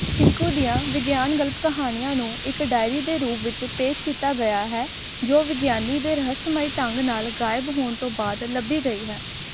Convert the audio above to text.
ਸ਼ਿੰਕੂ ਦੀਆਂ ਵਿਗਿਆਨ ਗਲਪ ਕਹਾਣੀਆਂ ਨੂੰ ਇੱਕ ਡਾਇਰੀ ਦੇ ਰੂਪ ਵਿੱਚ ਪੇਸ਼ ਕੀਤਾ ਗਿਆ ਹੈ ਜੋ ਵਿਗਿਆਨੀ ਦੇ ਰਹੱਸਮਈ ਢੰਗ ਨਾਲ ਗਾਇਬ ਹੋਣ ਤੋਂ ਬਾਅਦ ਲੱਭੀ ਗਈ ਹੈ